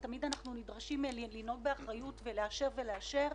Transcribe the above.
ותמיד אנחנו נדרשים לנהוג באחריות ולאשר ולאשר.